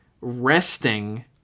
resting